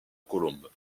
colombe